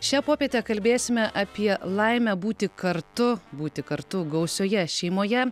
šią popietę kalbėsime apie laimę būti kartu būti kartu gausioje šeimoje